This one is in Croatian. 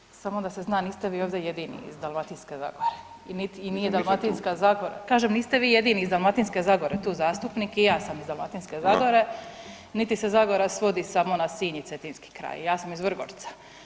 Kolega Bulj, samo da se zna, niste vi ovdje jedini iz Dalmatinske zagore i nije Dalmatinska zagora … [[Upadica iz klupe se ne razumije]] Kažem niste vi jedini iz Dalmatinske zagore tu zastupnik i ja sam iz Dalmatinske zagore, niti se zagora svodi samo na Sinj i Cetinski kraj, ja sam iz Vrgorca.